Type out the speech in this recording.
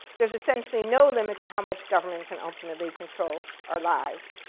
there's essentially no limit to how much government can ultimately control our lives.